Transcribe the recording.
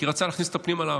כי רצו להכניס אותו לארכיון.